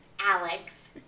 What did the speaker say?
Alex